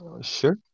Sure